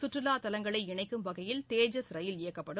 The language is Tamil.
சுற்றுலாத் தலங்களை இணைக்கும் வகையில் தேஜஸ் ரயில் இயக்கப்படும்